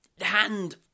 hand